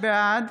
בעד